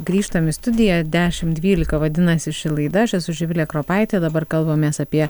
grįžtam į studiją dešim dvylika vadinasi ši laida aš esu živilė kropaitė dabar kalbamės apie